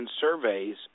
surveys